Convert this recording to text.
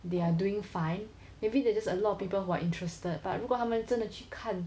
they are doing fine maybe there is just a lot of people who are interested but 如果他们真的去看